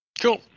Cool